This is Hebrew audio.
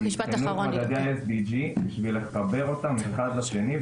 ויבחנו את מדדי ה-SDG כדי לחבר אותם אחד לשני,